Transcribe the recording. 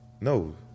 No